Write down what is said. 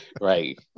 Right